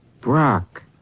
Brock